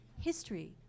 history